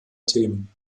themen